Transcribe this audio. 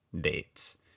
Dates